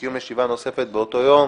וקיום ישיבה נוספת באותו היום.